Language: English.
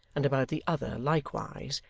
and about the other likewise,